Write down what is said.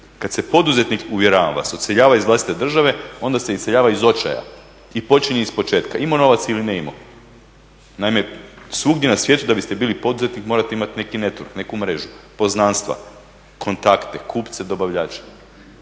Kad se poduzetnik, uvjeravam vas, odseljava iz vlastite države onda se iseljava iz očaja i počinje ispočetka, imao novac ili ne imao. Naime, svugdje na svijetu da biste bili poduzetnik morate imati neki network, neku mrežu poznanstva, kontakte, kupce, dobavljače.